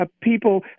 people